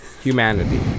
humanity